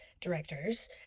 directors